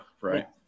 right